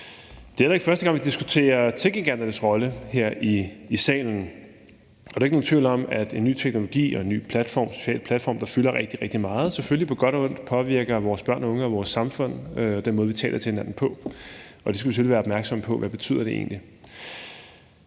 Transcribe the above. heller ikke første gang, vi diskuterer techgiganternes rolle her i salen. Der er jo ikke nogen tvivl om, at en ny teknologi og en nye social platform, der fylder rigtig, rigtig meget, på godt og ondt påvirker vores børn og unge og vores samfund og den måde, vi taler til hinanden på, og vi skal selvfølgelig være opmærksomme på, hvad det egentlig